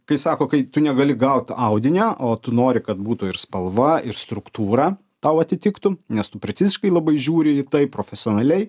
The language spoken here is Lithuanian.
kai sako kai tu negali gaut audinio o tu nori kad būtų ir spalva ir struktūra tau atitiktų nes tu preciziškai labai žiūri į tai profesionaliai